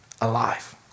alive